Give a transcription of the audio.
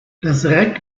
reck